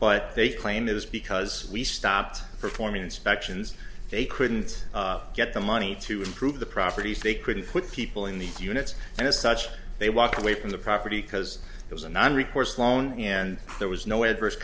but they claimed it was because we stopped performing inspections they couldn't get the money to improve the properties they couldn't put people in the units and as such they walked away from the property because it was a non recourse loan and there was no adverse